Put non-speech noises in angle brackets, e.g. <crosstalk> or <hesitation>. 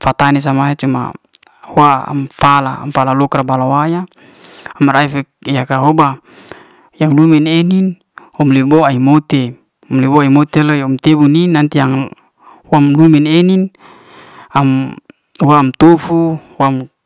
fa'tani samua cuma huwa am fala. am fala lok'ra balawaya am ra'efe. yaka hoba ya lau dum ne eigi om libo ai'moti <hesitation> am liboy ni boti am tibu ni nanti am hubin ai'nin, am tufu, hu am.